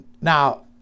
Now